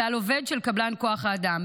ועל עובד של קבלן כוח האדם.